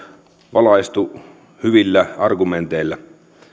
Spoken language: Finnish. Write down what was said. valaistu hyvillä argumenteilla